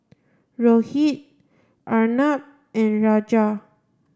Rohit Arnab and Rajan